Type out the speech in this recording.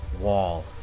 wall